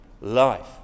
life